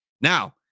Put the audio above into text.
Now